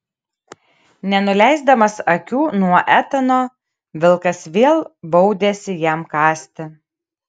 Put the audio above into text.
nenuleisdamas akių nuo etano vilkas vėl baudėsi jam kąsti